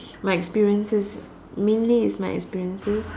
my experiences mainly is my experiences